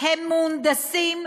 הם מהונדסים,